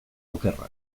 okerra